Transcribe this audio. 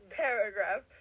paragraph